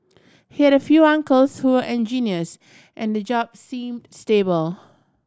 he had few uncles who were engineers and the job seemed stable